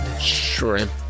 Shrimp